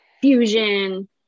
fusion